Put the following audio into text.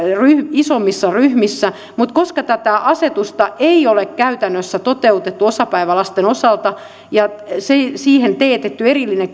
isommissa ryhmissä mutta koska tätä asetusta ei ole käytännössä toteutettu osapäivälasten osalta ja siitä teetetty erillinen